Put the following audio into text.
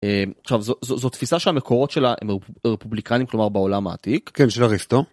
אה עכשיו זאת זאת זאת תפיסה שהמקורות שלה הם רפובליקנים כלומר בעולם העתיק כן של אריסטו.